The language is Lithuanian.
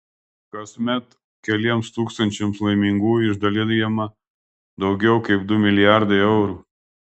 kasmet keliems tūkstančiams laimingųjų išdalijama daugiau kaip du milijardai eurų